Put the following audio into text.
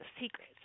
Secret